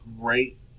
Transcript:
great